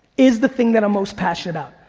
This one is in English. is the thing that i'm most passionate about.